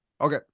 Okay